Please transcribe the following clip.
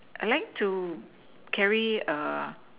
I like to carry a